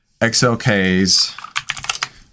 XLK's